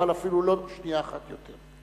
אבל אפילו לא שנייה אחת יותר.